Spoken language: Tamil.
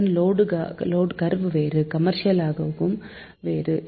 இதன் லோடு கர்வ் வேறு கமெர்சியலுக்கானதும் வேறு